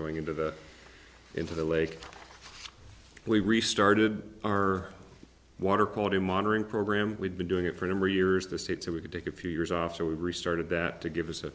going into the into the lake we restarted our water quality monitoring program we'd been doing it for a number of years the state so we could take a few years off so we restarted that to give us a